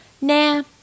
Nah